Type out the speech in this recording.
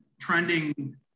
trending